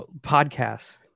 podcasts